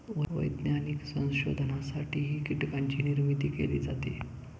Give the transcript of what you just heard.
वैज्ञानिक संशोधनासाठीही कीटकांची निर्मिती केली जाते